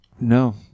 No